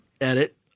edit